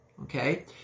okay